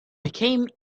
became